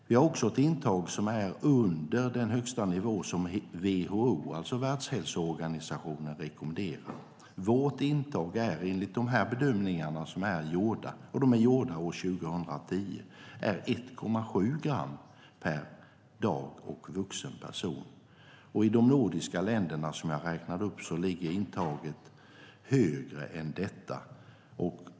Vi har också ett intag som är under den högsta nivå som WHO, Världshälsoorganisationen, rekommenderar. Vårt intag är, enligt de bedömningar som är gjorda år 2010, 1,7 gram per dag för en vuxen person. I de nordiska länderna, som jag räknade upp, ligger intaget högre än detta.